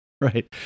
Right